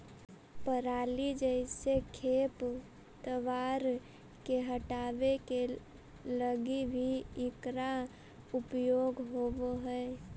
पराली जईसे खेप तवार के हटावे के लगी भी इकरा उपयोग होवऽ हई